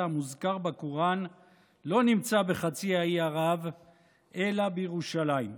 המוזכר בקוראן לא נמצא בחצי האי ערב אלא בירושלים.